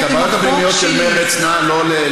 את הבעיות הפנימיות של מרצ נא לא,